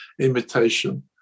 imitation